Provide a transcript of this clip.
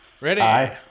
Ready